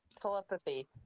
telepathy